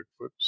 Bigfoot